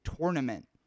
tournament